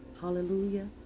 Hallelujah